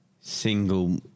single